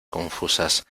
confusas